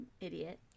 idiot